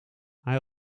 hij